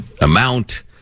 amount